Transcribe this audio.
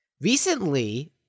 Recently